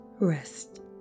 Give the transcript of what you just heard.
Rest